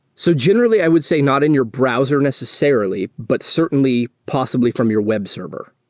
so generally, i would say not in your browser necessarily, but certainly, possibly from your web server.